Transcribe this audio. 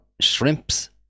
shrimps